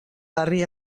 barri